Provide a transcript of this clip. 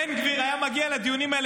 בן גביר היה מגיע לדיונים האלה,